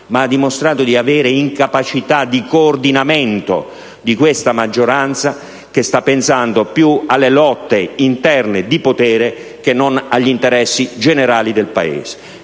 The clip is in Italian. ha dimostrato di avere incapacità di coordinamento di questa maggioranza, che sta pensando più alle lotte interne di potere che non agli interessi generali del Paese.